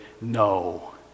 no